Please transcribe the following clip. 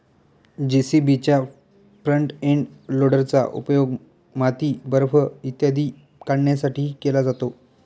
जे.सी.बीच्या front end लोडरचा उपयोग माती, बर्फ इत्यादी काढण्यासाठीही केला जातो